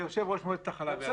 יושב-ראש מועצת החלב יענה לך.